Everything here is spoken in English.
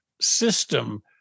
system